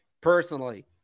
personally